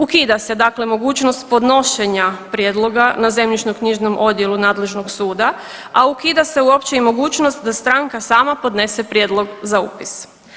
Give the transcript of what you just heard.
Ukida se dakle mogućnost podnošenja na zemljišnoknjižnom odjelu nadležnog suda, a ukida se uopće i mogućnost da stranka sama podnese prijedlog za upis.